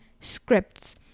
scripts